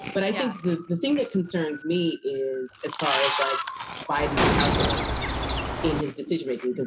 but i think the thing that concerns me is as far as like biden's calculus in his decision making, that,